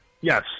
Yes